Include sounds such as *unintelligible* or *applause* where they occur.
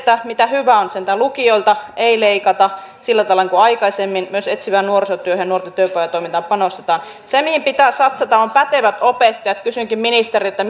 mitä hyvää on sentään lukioilta ei leikata sillä tavalla kuin aikaisemmin ja myös etsivään nuorisotyöhön ja nuorten työpajatoimintaan panostetaan se mihin pitää satsata on pätevät opettajat kysynkin ministeriltä *unintelligible*